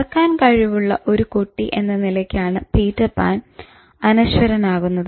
പറക്കാൻ കഴിവുള്ള ഒരു കുട്ടി എന്ന നിലയ്ക്കാണ് പീറ്റർ പാൻ അനശ്വരനാകുന്നത്